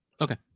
Okay